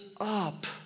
up